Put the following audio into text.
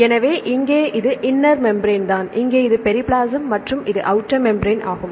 எனவே இங்கே இது இன்னர் மேம்பிரேன் தான் இங்கே இது பெரிப்ளாசம் மற்றும் இது அவுட்டர் மேம்பிரேன் ஆகும்